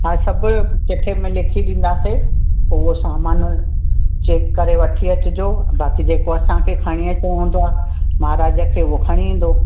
हा सभु चिठे में लिखी ॾींदासीं पोइ उहो सामान चैक करे वठी अचिजो बाक़ी जेको असांखे खणी अचिणो हूंदो महाराज खे उहो खणी ईंदो